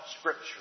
Scripture